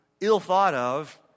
ill-thought-of